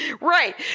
Right